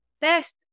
test